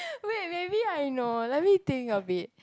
wait maybe I know let me think of it